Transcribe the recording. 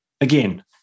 again